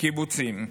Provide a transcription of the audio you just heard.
קיבוצים.